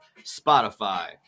Spotify